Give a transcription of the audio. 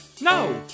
no